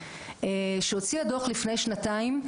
שהוציאה דו"ח לפני שנתיים,